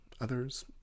Others